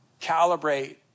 calibrate